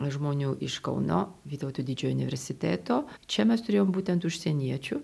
žmonių iš kauno vytauto didžiojo universiteto čia mes turėjom būtent užsieniečių